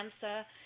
cancer